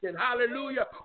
hallelujah